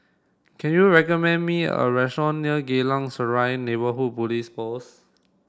can you recommend me a restaurant near Geylang Serai Neighbourhood Police Post